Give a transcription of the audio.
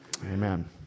amen